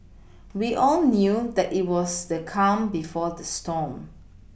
we all knew that it was the calm before the storm